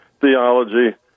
theology